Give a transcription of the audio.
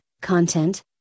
content